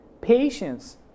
patience